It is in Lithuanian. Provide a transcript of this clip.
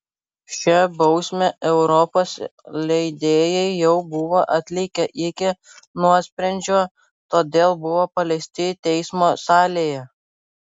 šią bausmę europos leidėjai jau buvo atlikę iki nuosprendžio todėl buvo paleisti teismo salėje